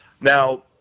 now